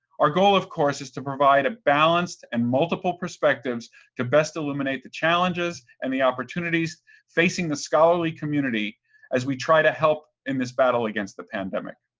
our goal of course is to provide a balanced and multiple perspectives to best eliminate the challenges and the opportunities facing the scholarly community as we try to help in this battle against the pandemic.